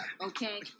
okay